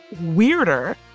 weirder